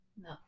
No